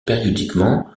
périodiquement